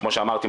כמו שאמרתי,